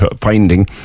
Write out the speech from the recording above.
finding